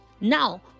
Now